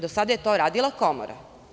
Do sada je to radila Komora.